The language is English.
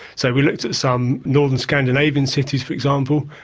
so we looked at some northern scandinavian cities for example,